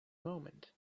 moment